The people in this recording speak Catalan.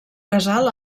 casal